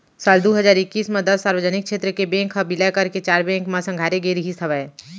साल दू हजार एक्कीस म दस सार्वजनिक छेत्र के बेंक ह बिलय करके चार बेंक म संघारे गे रिहिस हवय